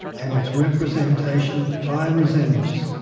and its representation, by resemblance,